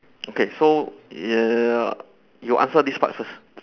okay so y~ you answer this part first